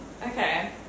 Okay